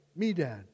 Medad